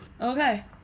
Okay